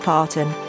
Parton